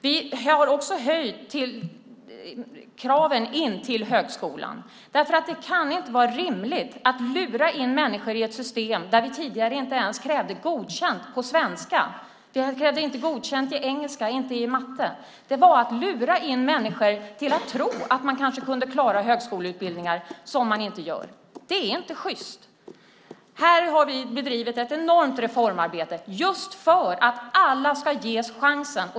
Vi har höjt kraven till högskolan. Det kan inte vara rimligt att lura in människor i ett system som inte ens kräver godkända betyg i svenska, engelska och matte. Det var att lura människor till att tro att de kanske kunde klara en högskoleutbildning, vilket de inte gjorde. Det var inte sjyst. Vi har bedrivit ett enormt reformarbete för att alla ska ges chansen.